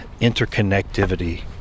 ...interconnectivity